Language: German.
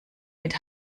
mit